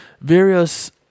Various